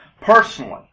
personally